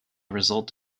result